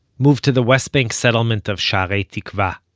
moved to the west bank settlement of sha'arei tikva